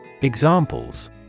Examples